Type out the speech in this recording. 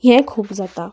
हें खूब जाता